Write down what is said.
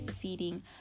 feeding